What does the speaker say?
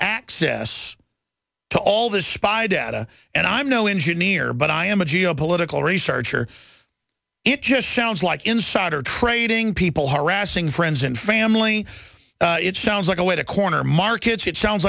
access to all the spy data and i'm no engineer but i am a geo political researcher it just sounds like insider trading people harassing friends and family it sounds like a way to corner markets it sounds